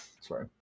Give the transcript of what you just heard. Sorry